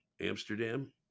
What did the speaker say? Amsterdam